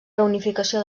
reunificació